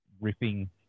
ripping